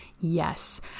Yes